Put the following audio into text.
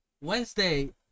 Wednesday